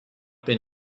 been